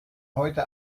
heute